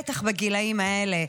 בטח בגילים האלה,